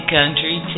Country